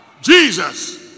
Jesus